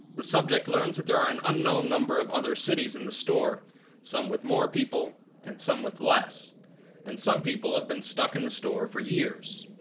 the subject learns that there are an unknown number of other cities in the store some, with more people and some with less and some people have been stuck in the store for years